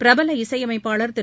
பிரபல இசையமைப்பாளர் திரு